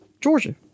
Georgia